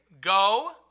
go